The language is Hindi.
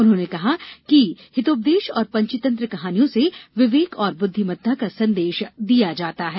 उन्होंने कहा कि हितोपदेश और पंचतंत्र कहानियों से विवेक और बुद्धिमत्ता का संदेश दिया जाता है